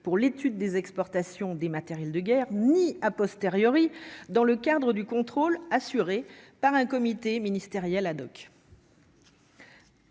pour l'étude des exportations, des matériels de guerre ni a posteriori dans le cadre du contrôle assuré par un comité ministériel ad-hoc.